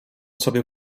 sobie